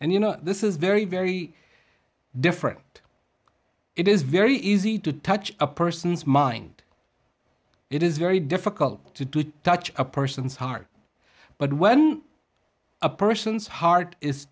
and you know this is very very different it is very easy to touch a person's mind it is very difficult to touch a person's heart but when a person's heart is